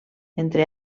entre